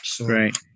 Right